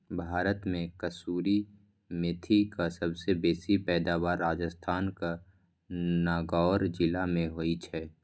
भारत मे कसूरी मेथीक सबसं बेसी पैदावार राजस्थानक नागौर जिला मे होइ छै